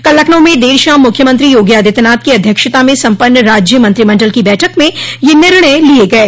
कल लखनऊ में देर शाम मुख्यमंत्री योगी आदित्यनाथ की अध्यक्षता में सम्पन्न राज्य मंत्रिमंडल की बैठक में यह निर्णय लिये गये